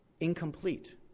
incomplete